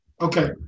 Okay